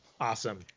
awesome